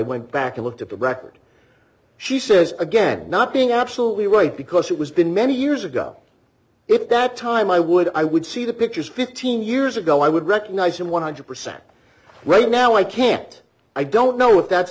went back and looked at the record she says again not being absolutely right because it was been many years ago if that time i would i would see the pictures fifteen years ago i would recognize them one hundred percent right now i can't i don't know if that's